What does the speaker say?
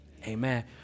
Amen